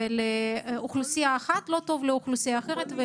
לאוכלוסייה אחת לא טוב לאוכלוסייה אחרת.